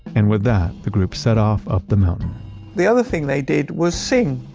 and with that, the group set off up the mountain the other thing they did was sing.